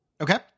okay